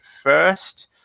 first